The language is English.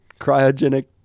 cryogenic